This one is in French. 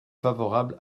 favorable